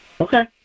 Okay